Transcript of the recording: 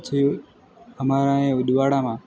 પછી અમારા અહીં ઉદવાડામાં